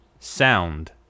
Sound